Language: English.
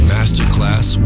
Masterclass